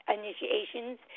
initiations